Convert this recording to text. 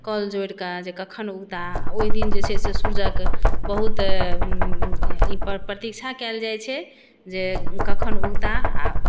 कल जोड़िके जे कखन उगताह ओहि दिन जे छै से सूर्यक बहुत ई प्रतीक्षा कयल जाइत छै जे कखन उगताह आ